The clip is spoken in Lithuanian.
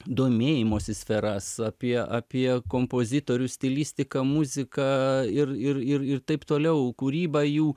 domėjimosi sferas apie apie kompozitorių stilistiką muziką ir ir ir ir taip toliau kūrybą jų